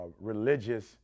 religious